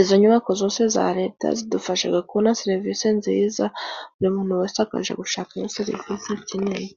Izo nyubako zose za Leta zidufasha kubona serivisi nziza, buri muntu wese akajya gushakayo serivisi akeneye.